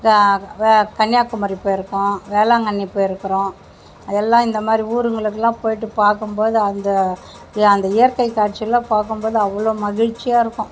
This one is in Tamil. கன்னியாகுமரி போய்ருக்கோம் வேளாங்கண்ணி போயிருக்கிறோம் அதலாம் இந்தமாதிரி ஊருங்களுக்குலாம் போய்ட்டு பார்க்கும்போது அந்த அந்த இயற்கை காட்சிலாம் பார்க்கும்போது அவ்வளோ மகிழ்ச்சியாக இருக்கும்